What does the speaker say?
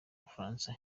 bufaransa